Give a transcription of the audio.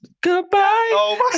Goodbye